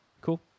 Cool